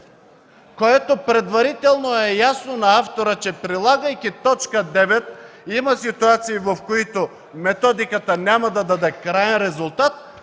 което предварително е ясно на автора, че прилагайки т. 9, има ситуации, в които методиката няма да даде краен резултат